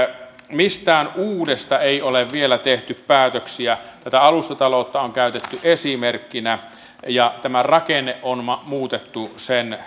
mistään uudesta ei ole vielä tehty päätöksiä tätä alustataloutta on käytetty esimerkkinä ja tämän rakenne on muutettu sen